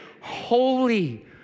holy